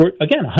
Again